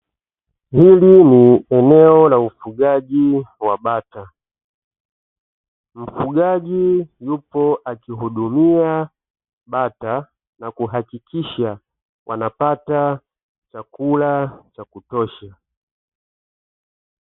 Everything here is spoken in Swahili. Hili ni eneo la ufugaji wa bata, mfugaji yupo akihudumia bata na kuhakikisha wanapata chakula cha kutosha.